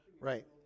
Right